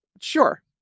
Sure